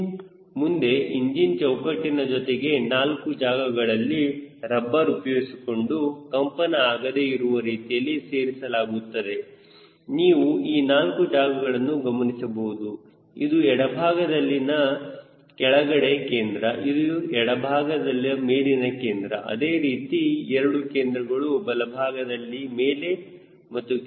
ಈ ಇಂಜಿನ್ ಮುಂದೆ ಇಂಜಿನ್ ಚೌಕಟ್ಟಿನ ಜೊತೆಗೆ 4 ಜಾಗಗಳಲ್ಲಿ ರಬ್ಬರ್ ಉಪಯೋಗಿಸಿಕೊಂಡು ಕಂಪನ ಆಗದೇ ಇರುವ ರೀತಿಯಲ್ಲಿ ಸೇರಿಸಲಾಗುತ್ತದೆ ನೀವು ಈ 4 ಜಾಗಗಳನ್ನು ಗಮನಿಸಬಹುದು ಇದು ಎಡಭಾಗದಲ್ಲಿನ ಕೆಳಗಡೆ ಕೇಂದ್ರ ಇದು ಎಡಭಾಗದಲ್ಲಿ ಮೇಲಿನ ಕೇಂದ್ರ ಅದೇ ರೀತಿ ಎರಡು ಕೇಂದ್ರಗಳು ಬಲಭಾಗದಲ್ಲಿ ಮೇಲೆ ಮತ್ತು ಕೆಳಗಡೆ ಇರುತ್ತವೆ